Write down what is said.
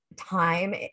time